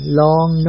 long